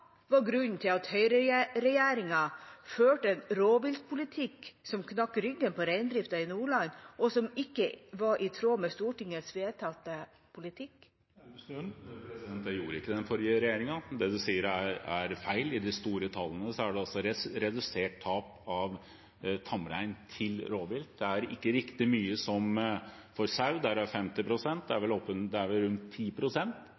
var grunnen til at høyreregjeringa førte en rovviltpolitikk som knekte ryggen på reindrifta i Nordland, og som ikke var i tråd med Stortingets vedtatte politikk? Det gjorde ikke den forrige regjeringen. Det representanten Mossleth sier, er feil. De store tallene viser redusert tap av tamrein til rovvilt. Det er ikke riktig så mye som for sau, der er det 50 pst., men det er